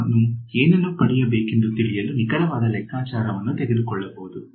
ನಾವು ಏನನ್ನು ಪಡೆಯಬೇಕೆಂದು ತಿಳಿಯಲು ನಿಖರವಾದ ಲೆಕ್ಕಾಚಾರವನ್ನು ತೆಗೆದುಕೊಳ್ಳಬಹುದು